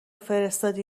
فرستادی